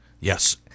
Yes